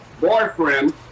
boyfriend